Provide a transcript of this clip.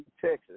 Texas